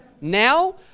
now